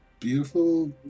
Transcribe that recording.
beautiful